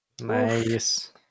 Nice